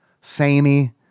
samey